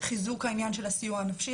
חיזוק העניין של הסיוע הנפשי,